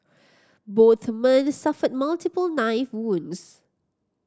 both men suffered multiple knife wounds